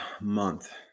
month